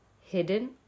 Hidden